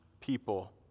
people